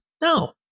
No